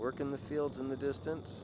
work in the fields in the distance